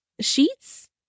Sheets